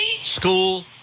school